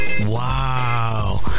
Wow